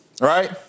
right